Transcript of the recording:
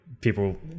people